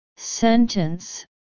Sentence